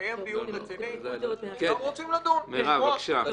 יתקיים דיון רציני, אנחנו רוצים לדון ולנתח.